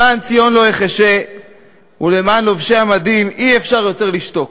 למען ציון לא אחשה ולמען לובשי המדים אי-אפשר יותר לשתוק.